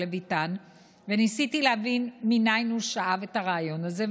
לויתן וניסיתי להבין מניין הוא שאב את הרעיון הזה,